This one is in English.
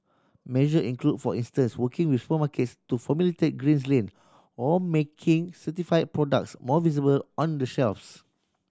measure include for instance working with supermarkets to formulate greens lane or making certified products more visible on the shelves